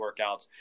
workouts